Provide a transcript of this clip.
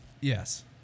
Yes